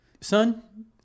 son